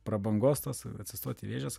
prabangos tos atsistoti į vėžes